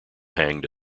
hanged